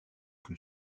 que